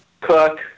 Cook